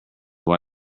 why